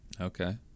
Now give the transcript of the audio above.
Okay